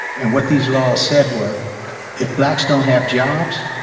and what these laws said were if blacks don't have jobs,